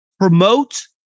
promote